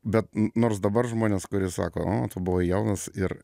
bet nors dabar žmonės kurie sako nu tu buvai jaunas ir